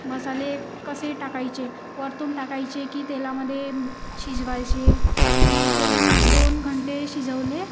मसाले कसे टाकायचे वरतून टाकायचे की तेलामधे शिजवायचे मी ते दोन घंटे शिजवले